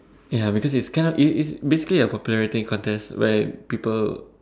ya because it's kinda it it's basically a popularity contest where people